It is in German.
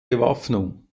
bewaffnung